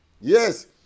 Yes